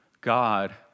God